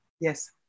Yes